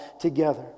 together